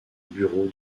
bureau